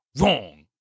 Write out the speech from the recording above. wrong